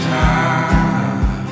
time